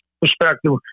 perspective